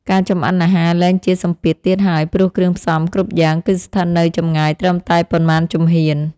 ការចម្អិនអាហារលែងជាសម្ពាធទៀតហើយព្រោះគ្រឿងផ្សំគ្រប់យ៉ាង គឺស្ថិតនៅចម្ងាយត្រឹមតែប៉ុន្មានជំហាន។